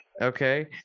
Okay